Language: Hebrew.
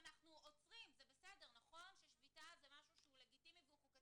אל תפיל עליו את כל השבירת שיניים ואת כל האלימות